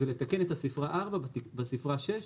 זה לתקן את הספרה 4 בספרה 6,